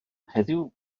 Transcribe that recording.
heddiw